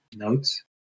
notes